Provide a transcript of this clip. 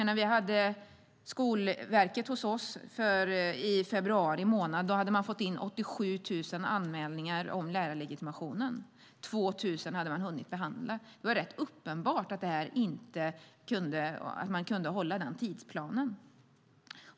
När vi hade Skolverket hos oss i februari månad hade man fått in 87 000 anmälningar om lärarlegitimationen. 2 000 hade man hunnit behandla. Det var rätt uppenbart att man inte kunde hålla tidsplanen.